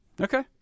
Okay